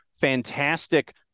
fantastic